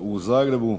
U Zagrebu